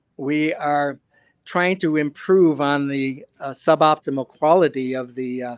we are trying to improve on the sub optimal quality of the